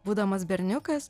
būdamas berniukas